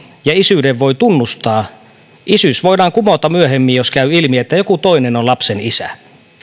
ja isyyden voi tunnustaa isyys voidaan kumota myöhemmin jos käy ilmi että joku toinen on lapsen isä